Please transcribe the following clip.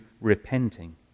repenting